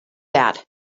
that